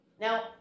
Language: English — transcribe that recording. Now